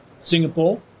Singapore